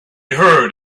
heard